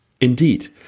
Indeed